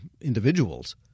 individuals